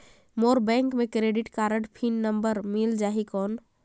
मोर bank मे credit card PIN number मिल जाहि कौन?